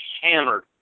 hammered